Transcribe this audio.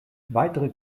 weitere